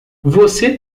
você